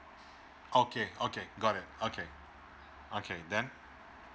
okay okay got it okay okay then